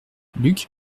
luc